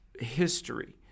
history